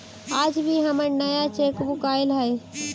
आज ही हमर नया चेकबुक आइल हई